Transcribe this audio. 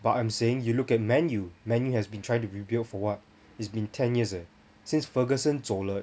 but I'm saying you look at Man U Man U has been trying to rebuild for what it's been ten years eh since ferguson 走了